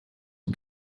and